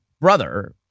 brother